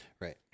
Right